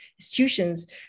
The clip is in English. institutions